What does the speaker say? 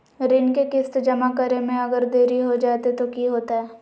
ऋण के किस्त जमा करे में अगर देरी हो जैतै तो कि होतैय?